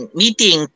meeting